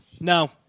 No